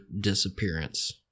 disappearance